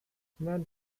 man